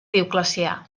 dioclecià